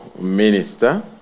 minister